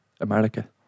America